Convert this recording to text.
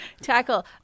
Tackle